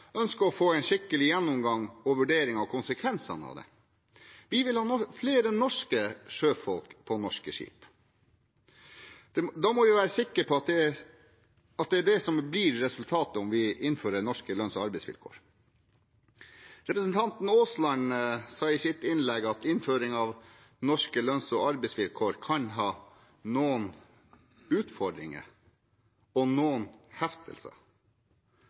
ønsker å få en skikkelig gjennomgang og vurdering av konsekvensene av det. Vi vil ha flere norske sjøfolk på norske skip. Da må vi være sikre på at det er det som blir resultatet om vi innfører norske lønns- og arbeidsvilkår. Representanten Aasland sa i sitt innlegg at innføring av norske lønns- og arbeidsvilkår kan ha noen utfordringer og noen heftelser.